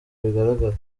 bigaragara